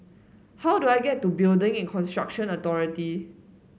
how do I get to Building and Construction Authority